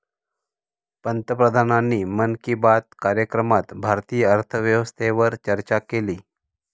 पंतप्रधानांनी मन की बात कार्यक्रमात भारतीय अर्थव्यवस्थेवर चर्चा केली